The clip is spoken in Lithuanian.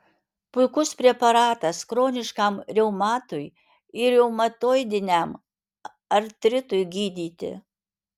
puikus preparatas chroniškam reumatui ir reumatoidiniam artritui gydyti